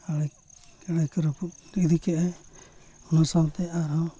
ᱟᱲᱮ ᱠᱚ ᱨᱟᱹᱯᱩᱫ ᱤᱫᱤ ᱠᱮᱜᱼᱟᱭ ᱚᱱᱟ ᱥᱟᱶᱛᱮ ᱟᱨᱦᱚᱸ